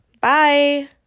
Bye